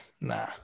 Nah